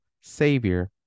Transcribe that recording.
Savior